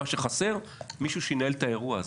מה שחסר מישהו שינהל את האירוע הזה.